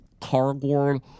Cardboard